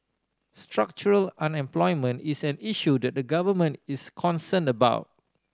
structural unemployment is an issue that the Government is concerned about